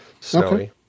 snowy